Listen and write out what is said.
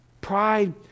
pride